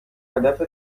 هدف